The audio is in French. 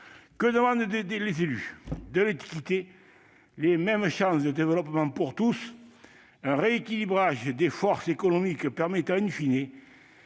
Que demandent les élus ? De l'équité, les mêmes chances de développement pour tous et un rééquilibrage des forces économiques permettant